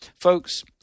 folks